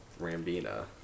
Rambina